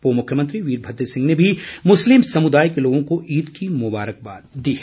पूर्व मुख्यमंत्री वीरभद्र सिंह ने भी मुस्लिम समुदाय के लोगों को ईद की मुबारकबाद दी है